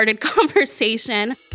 conversation